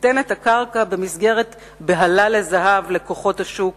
ניתנת הקרקע במסגרת בהלה לזהב לכוחות השוק